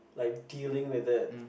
like dealing with it